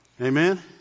Amen